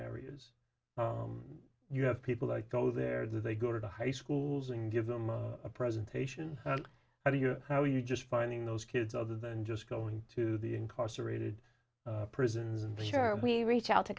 areas you have people like go there they go to high schools and give them a presentation how do you how you just finding those kids other than just going to the incarcerated prisons and sure we reach out to